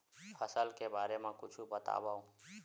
फसल के बारे मा कुछु बतावव